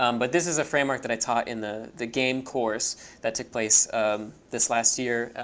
um but this is a framework that i taught in the the game course that took place this last year,